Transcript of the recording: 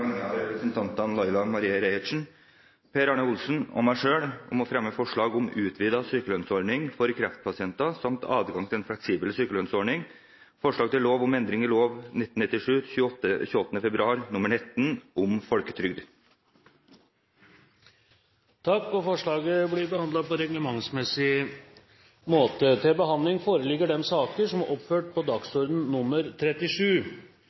av representantene Laila Marie Reiertsen, Per Arne Olsen og meg selv har jeg gleden av å fremme forslag om utvidet sykelønnsordning for kreftpasienter samt adgang til en fleksibel sykelønnsordning – endring i lov 28. februar 1997 nr. 19 om folketrygd. Forslaget vil bli behandlet på reglementsmessig måte. Representanten Øyvind Halleraker har bedt om ordet til